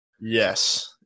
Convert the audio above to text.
Yes